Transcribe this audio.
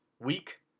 week